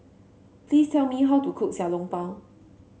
please tell me how to cook Xiao Long Bao